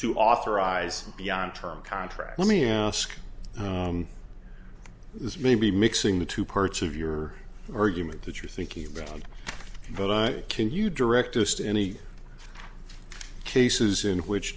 to authorize beyond term contract let me ask this maybe mixing the two parts of your argument that you're thinking about but i can you direct us to any cases in which